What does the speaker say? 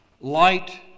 Light